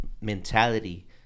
mentality